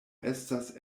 estas